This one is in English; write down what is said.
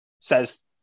Says